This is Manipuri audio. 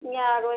ꯌꯥꯔꯣꯏ